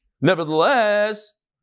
Nevertheless